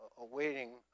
awaiting